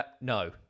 No